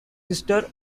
sister